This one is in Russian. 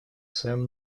своем